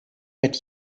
wird